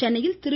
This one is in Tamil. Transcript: சென்னையில் திரு